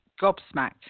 gobsmacked